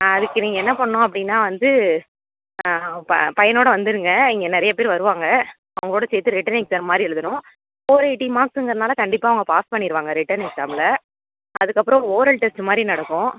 ஆ அதற்கு நீங்கள் என்ன பண்ணும் அப்படின்னா வந்து ப பையனோட வந்துருங்க இங்கே நிறையா பேர் வருவாங்க அவங்களோட சேர்த்து ரிட்டர்ன் எக்ஸாம் மாதிரி எழுதணும் ஃபோர் எயிட்டி மார்க்ஸுங்குறனால கண்டிப்பாக அவங்க பாஸ் பண்ணிருவாங்க ரிட்டர்ன் எக்ஸாமுல அதற்கப்பறம் ஓரல் டெஸ்ட்டு மாரி நடக்கும்